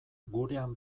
gurean